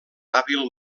hàbil